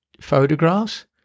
photographs